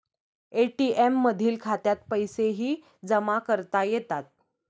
ATM मधील खात्यात पैसेही जमा करता येतात